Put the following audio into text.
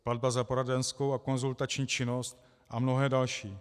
Platba za poradenskou a konzultační činnost a mnohé další.